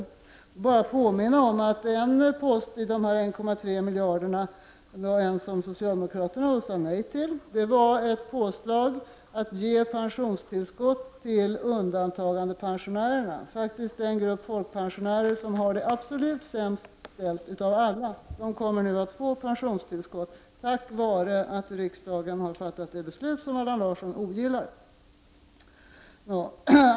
Jag vill bara påminna om att en post i de 1,3 miljarderna som socialdemokraterna sade nej till gällde pensionstillskott till undantagandepensionärerna, faktiskt den grupp folkpensionärer som har det absolut sämst ställt av alla. De kommer nu att få pensionstillskott, tack vare att riksdagen har fattat det beslut som Allan Larsson ogillar.